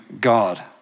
god